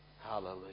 hallelujah